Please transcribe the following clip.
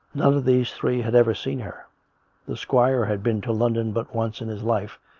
none of these three had ever seen her the squire had been to london but once in his life,